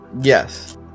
yes